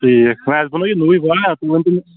ٹھیٖک نہَ اَسہِ بنوو یہِ نوٚوُے باغ نا ژٕ وَن تہٕ